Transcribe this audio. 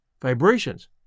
vibrations